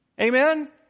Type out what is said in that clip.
Amen